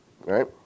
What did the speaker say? right